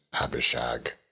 Abishag